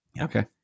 Okay